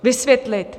Vysvětlit?